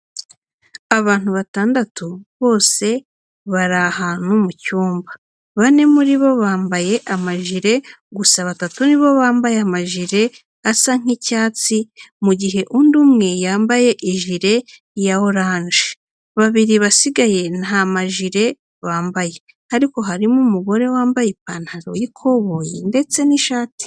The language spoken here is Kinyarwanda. Abantu batandatu bose bari ahantu mu cyumba, bane muri bo bambaye amajire, gusa batatu ni bo bambaye amajire asa nk'icyatsi, mu gihe undi umwe yambaye ijire ya oranje. Babiri basigaye nta majire bambaye ariko harimo umugore wambaye ipantaro y'ikoboyi ndetse n'ishati.